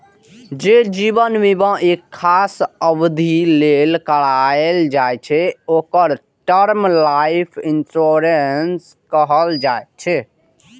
जे जीवन बीमा एक खास अवधि लेल कराएल जाइ छै, ओकरा टर्म लाइफ इंश्योरेंस कहल जाइ छै